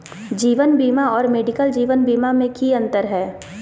जीवन बीमा और मेडिकल जीवन बीमा में की अंतर है?